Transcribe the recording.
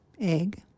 egg